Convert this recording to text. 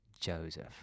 Joseph